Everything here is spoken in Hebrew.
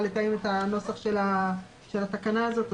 לטייב את הנוסח של התקנה הזאת,